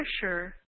pressure